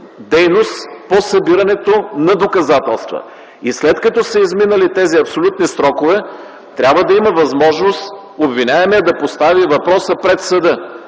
дейност по събирането на доказателства. И след като са изминали тези абсолютни срокове, трябва да има възможност обвиняемият да постави въпроса пред съда